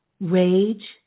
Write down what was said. rage